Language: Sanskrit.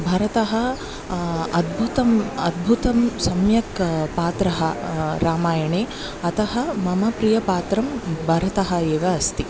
भरतः अद्भुतम् अद्भुतं सम्यक् पात्रः रामायणे अतः मम प्रियःपात्रः भरतः एव अस्ति